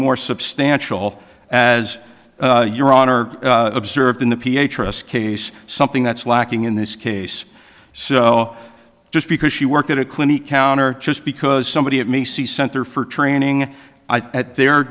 more substantial as your honor observed in the p h s case something that's lacking in this case so just because she worked at a clinic counter just because somebody had me see center for training at their